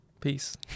Peace